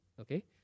okay